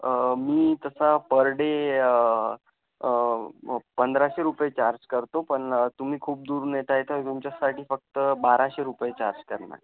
मी तसा per day पंधराशे रुपये चार्ज करतो पन तुमी खूप दुरून येताय तर तुमच्यासाठी फक्त बाराशे रुपये चार्ज करनार